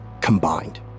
combined